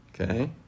Okay